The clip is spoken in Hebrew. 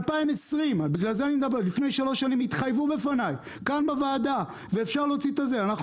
ב-2020 לפי שלוש שנים התחייבו בפני כאן בוועדה: אנחנו